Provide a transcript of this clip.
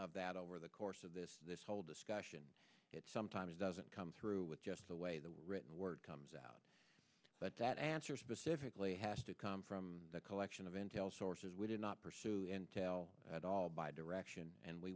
breadth that over the course of this this whole discussion it sometimes doesn't come through with just the way the written word comes out but that answer specifically has to come from the collection of entail sources we did not pursue entail at all by direction and we